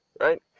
right